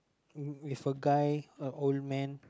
w~ with a guy a old man